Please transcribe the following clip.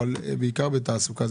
אבל בעיקר בתעסוקה,